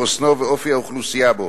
חוסנו ואופי האוכלוסייה בו.